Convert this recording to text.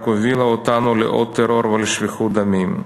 הובילה אותנו לעוד טרור ולשפיכות דמים.